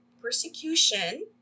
persecution